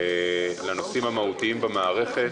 לנושאים המהותיים במערכת,